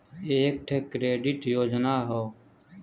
एक ठे क्रेडिट योजना हौ